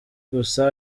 gusa